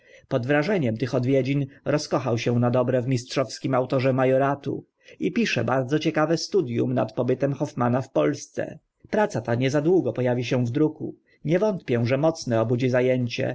pod wrażeniem tych odwiedzin rozkochał się na dobre w mistrzowskim autorze majoratu i pisze bardzo ciekawe studium nad pobytem hoffmanna w polsce praca ta niezadługo po awi się w druku nie wątpię że mocne obudzi za